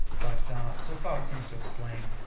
but so far, it seems to explain,